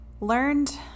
learned